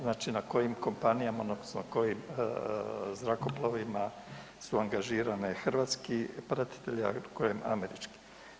Znači na kojim kompanijama odnosno kojim zrakoplovima su angažirani hrvatski pratitelji, a nad kojim američki?